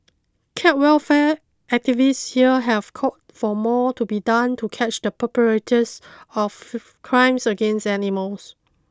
cat welfare activists here have called for more to be done to catch the perpetrators of crimes against animals